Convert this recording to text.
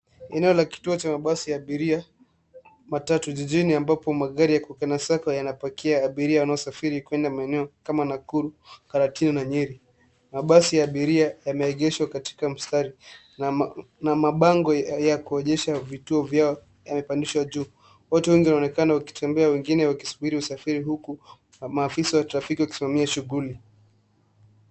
Eneo la kituo cha mabasi ya abiria matatu jijini ambapo magari ya kukena sacco yanapakia abiria yanayosafiri kwenda maeneo kama Nakuru, Karatina, Nyeri. Mabasi ya abiria yameegeshwa katika mstari na mabango ya kuonyesha vituo vyao yamepandishwa juu. Watu wengine wanaonekana wakitembea au kusubiri usafiri huku maafisa ya trafiki wakisimamia shuguli.